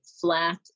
flat